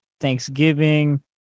Thanksgiving